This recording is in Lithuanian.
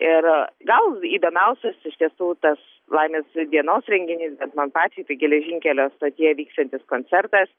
ir gal įdomiausias iš tiesų tas laimės dienos renginys bent man pačiai tai geležinkelio stotyje vyksiantis koncertas